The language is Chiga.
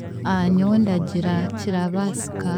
nyowe ndagira kirabaasika